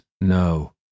No